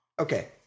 Okay